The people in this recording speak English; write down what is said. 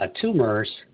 tumors